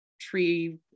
tree